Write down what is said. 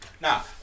Now